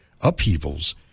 upheavals